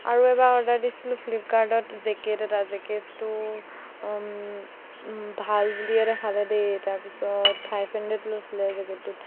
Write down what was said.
আৰু এবাৰ অৰ্ডাৰ দিছিলোঁ ফ্লিপকাৰ্টত জেকেট এটা জেকেটটো ভাল বুলিয়ে দেখালে দেই তাৰ পিছত ফাইভ হাণ্ড্ৰেড লৈছিলে জেকেটটোত